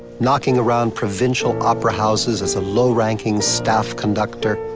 knocking around provincial opera houses as a low-ranking staff conductor.